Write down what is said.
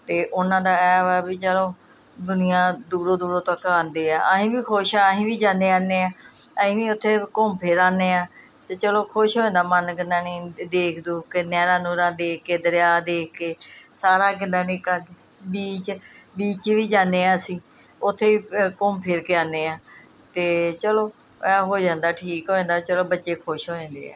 ਅਤੇ ਉਹਨਾਂ ਦਾ ਇਹ ਵਾ ਵੀ ਚਲੋ ਦੁਨੀਆ ਦੂਰੋਂ ਦੂਰੋਂ ਤੱਕ ਆਉਂਦੇ ਹੈ ਅਸੀਂ ਵੀ ਖੁਸ਼ ਹਾਂ ਅਸੀਂ ਵੀ ਜਾਂਦੇ ਆਉਂਦੇ ਹਾਂ ਅਸੀਂ ਵੀ ਉੱਥੇ ਘੁੰਮ ਫਿਰ ਆਉਂਦੇ ਹਾਂ ਅਤੇ ਚਲੋ ਖੁਸ਼ ਹੋ ਜਾਂਦਾ ਮਨ ਕਿੰਨਾ ਨਹੀਂ ਦੇਖ ਦੂਖ ਕੇ ਨਹਿਰਾਂ ਨੂਹਰਾਂ ਦੇਖ ਕੇ ਦਰਿਆ ਦੇਖ ਕੇ ਸਾਰਾ ਕਿੱਦਾਂ ਨਹੀਂ ਕ ਬੀਚ ਬੀਚ ਵੀ ਜਾਂਦੇ ਹਾਂ ਅਸੀਂ ਉੱਥੇ ਵੀ ਘੁੰਮ ਫਿਰ ਕੇ ਆਉਂਦੇ ਹਾਂ ਅਤੇ ਚਲੋ ਇਹ ਹੋ ਜਾਂਦਾ ਠੀਕ ਹੋ ਜਾਂਦਾ ਚਲੋ ਬੱਚੇ ਖੁਸ਼ ਹੋ ਜਾਂਦੇ ਹੈ